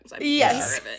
Yes